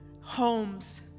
homes